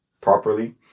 properly